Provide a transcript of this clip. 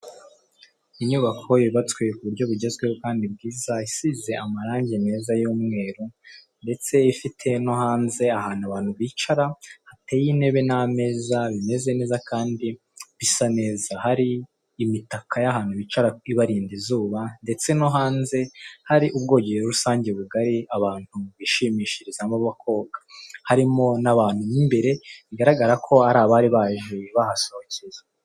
Inyubako yubatswe ku buryo bugezweho kandi bwiza, isize amarangi meza y'umweru ndetse ifite no hanze ahantu abantu bicara hateye intebe n'ameza bimeze neza kandi bisa neza, hari imitaka y'ahantu bicara ibarinda izuba, ndetse no hanze hari ubwogero rusange bugari, abantu bishimishirizamo bakoga, harimo n'abantu mo imbere bigaragara ko hari abari bahishyuye bahasohokeye.